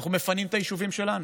אנחנו מפנים את היישובים שלנו.